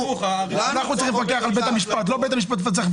אנחנו צריכים לפקח על בית המשפט, לא ההפך.